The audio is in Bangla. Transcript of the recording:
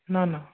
না না